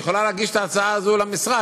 היא יכולה להגיש את ההצעה הזו למשרד.